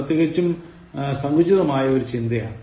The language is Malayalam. ഇത് തികച്ചും സങ്കുചിതമായ ഒരു ചിന്തയാണ്